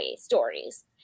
stories